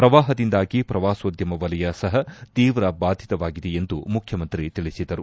ಶ್ರವಾಹದಿಂದಾಗಿ ಪ್ರವಾಸೋದ್ದಮ ವಲಯ ಸಹ ತೀವ್ರ ಬಾಧಿತವಾಗಿದೆ ಎಂದು ಮುಖ್ಯಮಂತ್ರಿ ತಿಳಿಸಿದರು